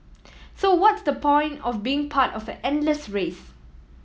so what's the point of being part of an endless race